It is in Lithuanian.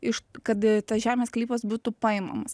iš kad tas žemės sklypas būtų paimamas